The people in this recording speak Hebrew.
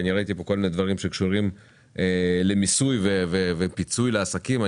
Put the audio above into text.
ראיתי פה כל מיני דברים שקשורים למיסוי ולפיצוי של עסקים.